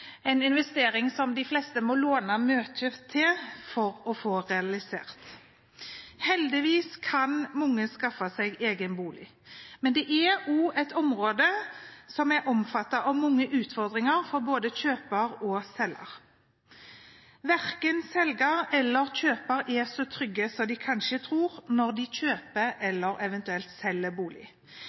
en investering som de fleste må låne mye til for å få realisert. Heldigvis kan mange skaffe seg egen bolig, men det er også et område som er omfattet av mange utfordringer for både kjøper og selger. Verken selger eller kjøper er så trygge som de kanskje tror, når de kjøper eller eventuelt selger bolig.